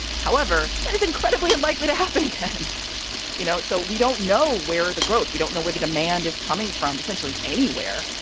however, that is incredibly unlikely to happen. you know so we don't know where the growth. we don't know where the demand is coming from, essentially anywhere,